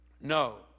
No